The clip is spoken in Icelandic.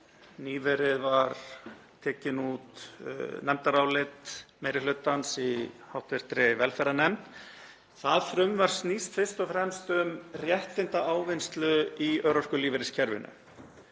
nýverið var tekið út nefndarálit meiri hluta í hv. velferðarnefnd. Það frumvarp snýst fyrst og fremst um réttindaávinnslu í örorkulífeyriskerfinu.